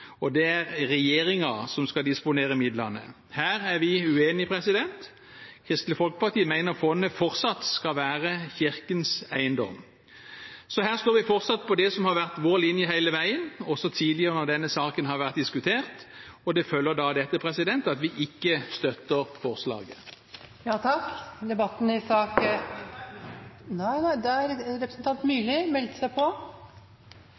og at regjeringen skal disponere midlene. Her er vi uenige. Kristelig Folkeparti mener fondet fortsatt skal være Kirkens eiendom. Her står vi fortsatt på det som har vært vår linje hele veien, også tidligere når denne saken har vært diskutert, og det følger da av dette at vi ikke støtter forslaget. Nå har jeg ingen store forhåpninger om at dette innlegget tipper flertallet i